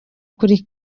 kuri